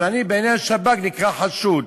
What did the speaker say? אבל אני בעיני השב"כ נקרא חשוד,